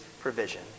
provision